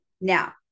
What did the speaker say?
Now